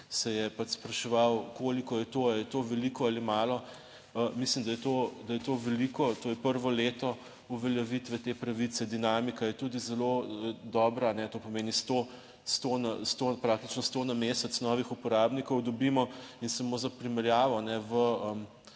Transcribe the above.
se je pač spraševal, koliko je to, ali je to veliko ali malo. Mislim, da je to, da je to veliko, to je prvo leto uveljavitve te pravice, dinamika je tudi zelo dobra, to pomeni 100, praktično 100 na mesec novih uporabnikov dobimo in samo za primerjavo.